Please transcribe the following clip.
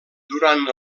durant